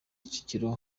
kicukiro